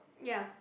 ya